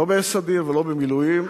לא בסדיר ולא במילואים,